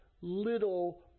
little